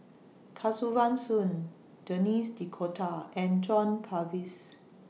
Kesavan Soon Denis D'Cotta and John Purvis